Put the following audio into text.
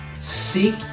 seek